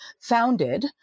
founded